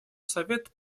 совет